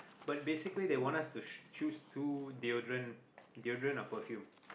but basically they want us to choose two deodorant deodorant or perfume